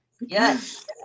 Yes